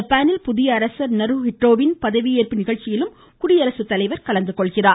ஜப்பானில் புதிய அரசர் நெரு ஹிட்டோவின் பதவியேற்பு நிகழ்ச்சியிலும் குடியரசுத்தலைவர் கலந்துகொள்கிறார்